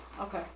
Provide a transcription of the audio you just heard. Okay